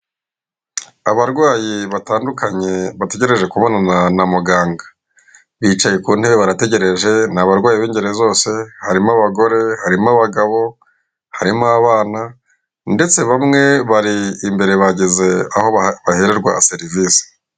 Abarwayi batandukanye bategereje kubonana na muganga, bicaye ku ntebe barategereje. Ni abarwayi b'ingeri zose, harimo abagore, harimo abagabo, harimo abana ndetse bamwe bari imbere bageze aho bahererwa serivisi.